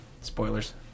Spoilers